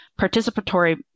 participatory